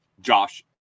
Josh